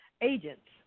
agents